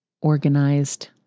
organized